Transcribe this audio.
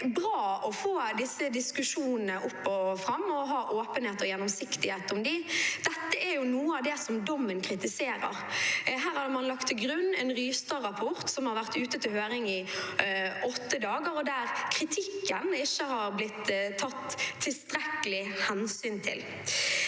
Det er bra å få disse diskusjonene opp og fram og å ha åpenhet og gjennomsiktighet om dem. Det er noe av det som dommen kritiserer. Her har man lagt til grunn en Rystad-rapport som har vært ute til høring i åtte dager, og der kritikken ikke har blitt tatt tilstrekkelig hensyn til.